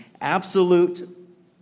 absolute